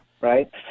Right